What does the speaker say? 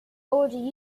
already